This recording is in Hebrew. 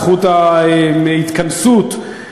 זכות ההתכנסות,